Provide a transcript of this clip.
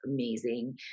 amazing